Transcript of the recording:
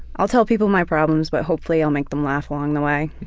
i'll tell people my problems but hopefully i'll make them laugh along the way.